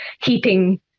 keeping